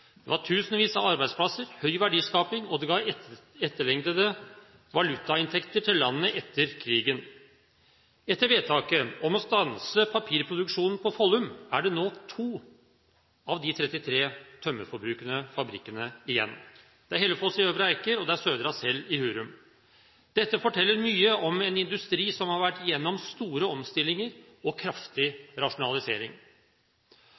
Det var tusenvis av arbeidsplasser, høy verdiskaping, og det ga etterlengtede valutainntekter til landet etter krigen. Etter vedtaket om å stanse papirproduksjonen på Follum er det nå to av de 33 tømmerforbrukende fabrikkene igjen. Det er Hellefoss i Øvre Eiker, og det er Södra Cell i Hurum. Dette forteller mye om en industri som har vært gjennom store omstillinger og